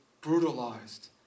brutalized